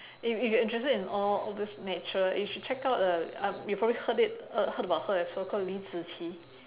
if if you are interested in all all this nature you should check out a uh you probably heard it heard about her as well called li zi qi